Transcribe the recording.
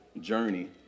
journey